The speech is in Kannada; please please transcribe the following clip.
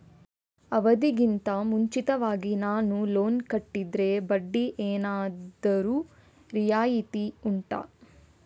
ಅವಧಿ ಗಿಂತ ಮುಂಚಿತವಾಗಿ ನಾನು ಲೋನ್ ಕಟ್ಟಿದರೆ ಬಡ್ಡಿ ಏನಾದರೂ ರಿಯಾಯಿತಿ ಉಂಟಾ